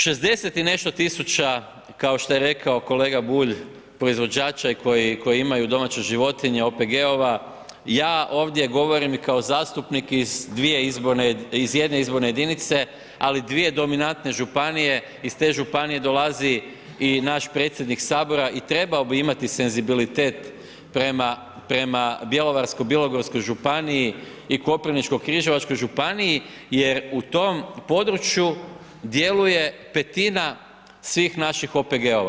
60 i nešto tisuća, kao što je rekao kolega Bulj proizvođača i koji imaju domaće životinje OPG-ova, ja ovdje govorim i kao zastupnik iz jedne izborne jedinice, ali dvije dominantne županije, iz te županije dolazi i naš predsjednik HS i trebao bi imati senzibilitet prema bjelovarsko-bilogorskoj županiji i koprivničko-križevačkoj županiji jer u tom području djeluje petina svih naših OPG-ova.